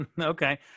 Okay